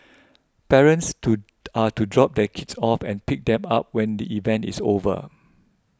parents to are to drop their kids off and pick them up when the event is over